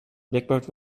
blackbird